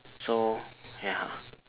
so ya